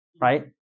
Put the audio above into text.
right